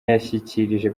yashyikirije